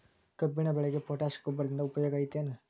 ಕಬ್ಬಿನ ಬೆಳೆಗೆ ಪೋಟ್ಯಾಶ ಗೊಬ್ಬರದಿಂದ ಉಪಯೋಗ ಐತಿ ಏನ್?